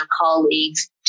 colleagues